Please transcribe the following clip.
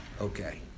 Okay